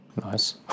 Nice